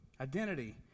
Identity